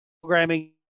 programming